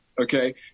okay